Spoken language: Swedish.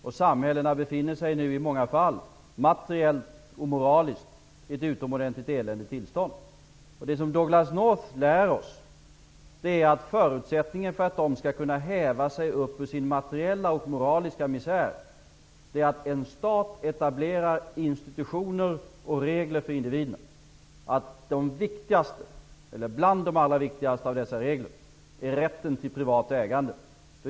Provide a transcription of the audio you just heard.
I många fall befinner sig nu samhällena materiellt och moraliskt i ett utomordentligt eländigt tillstånd. Det som Douglas North lär oss är att förutsättningen för att dessa samhällen skall kunna häva sig upp ur sin materiella och moraliska misär är att en stat etablerar institutioner och regler för individerna. Och bland den allra viktigaste av dessa regler är rätten till privat ägande.